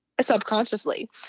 subconsciously